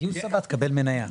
בגיוס הבא תקבל מניה.